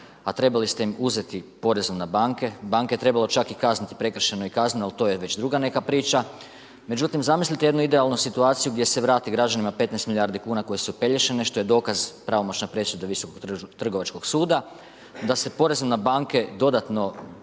a trebali ste im uzeti porezom na banke, banke je trebalo čak i kazniti prekršajno i kazneno, ali to je već druga neka priča, međutim zamislite jednu idealnu situaciju gdje se vrati građanima 15 milijardi kuna koje su opelješene, što je dokaz pravomoćna presuda Visokog trgovačkog suda da se porezom na banke dodatno